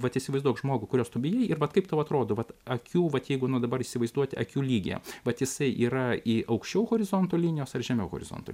vat įsivaizduok žmogų kurios tu bijai ir mat kaip tau atrodo vat akių vat jeigu nu vat dabar įsivaizduoti akių lygyje vat jisai yra į aukščiau horizonto linijos ar žemiau horizonto